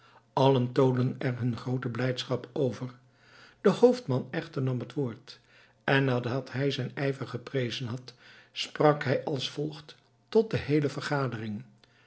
allen toonden er hun groote blijdschap over de hoofdman echter nam het woord en nadat hij zijn ijver geprezen had sprak hij als volgt tot de heele vergadering